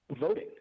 Voting